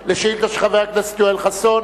על שאילתא של חבר הכנסת יואל חסון.